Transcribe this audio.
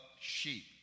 sheep